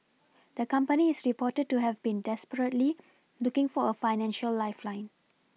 the company is reported to have been desperately looking for a financial lifeline